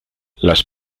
las